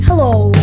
Hello